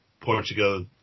Portugal